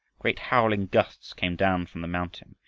great howling gusts came down from the mountain,